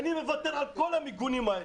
אני מוותר על כל המיגונים האלה.